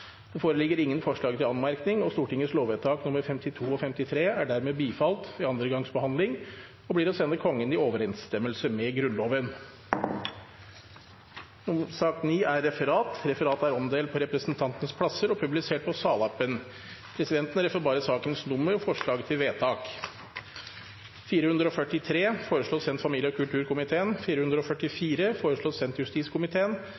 Det foreligger ingen forslag til anmerkning. Stortingets lovvedtak er dermed bifalt ved andre gangs behandling og blir å sende Kongen i overensstemmelse med Grunnloven. Dermed er sakene på